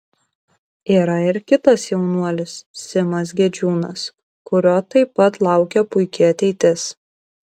yra ir kitas jaunuolis simas gedžiūnas kurio taip pat laukia puiki ateitis